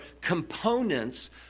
components